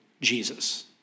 Jesus